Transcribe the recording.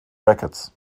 records